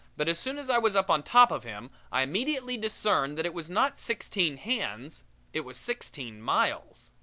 but as soon as i was up on top of him i immediately discerned that it was not sixteen hands it was sixteen miles.